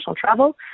travel